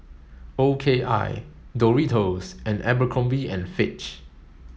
O K I Doritos and Abercrombie and Fitch